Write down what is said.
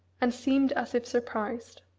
and seemed as if surprised.